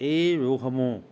এই ৰোগসমূহ